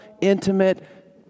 intimate